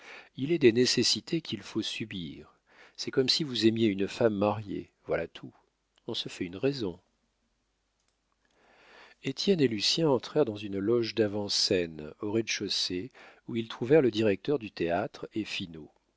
il est des nécessités qu'il faut subir c'est comme si vous aimiez une femme mariée voilà tout on se fait une raison étienne et lucien entrèrent dans une loge d'avant-scène au rez-de-chaussée où ils trouvèrent le directeur du théâtre